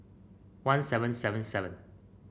one seven seven seven